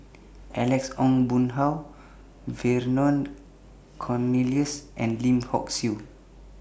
Alex Ong Boon Hau Vernon Cornelius and Lim Hock Siew